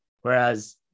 Whereas